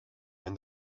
and